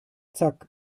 zack